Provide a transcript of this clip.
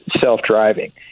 self-driving